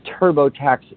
TurboTax